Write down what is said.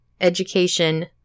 Education